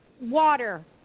water